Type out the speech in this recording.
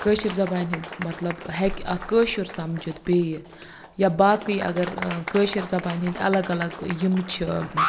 کٲشِر زَبانہِ ہِنٛدۍ مطلب ہیٚکہِ اَکھ کٲشُر سَمجھِتھ بیٚیہِ یا باقٕے اَگَر ٲں کٲشِر زَبانہِ ہِنٛدۍ الگ الگ یِم چھِ